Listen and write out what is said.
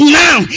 now